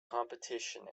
competition